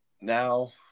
Now